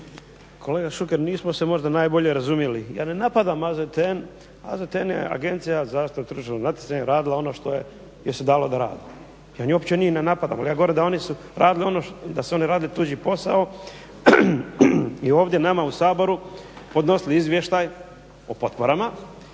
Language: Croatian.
Kolega Šuker, nismo se možda najbolje razumjeli. Ja ne napadam AZTN. AZTN je Agencija za zaštitu tržišnog natjecanja radila ono što joj se dalo da radi. Ja nju uopće ni ne napadam. Ja govorim da su oni radili tuđi posao i ovdje nama u Saboru podnosili izvještaj o potporama